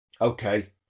Okay